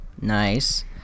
Nice